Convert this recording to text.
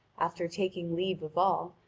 after taking leave of all,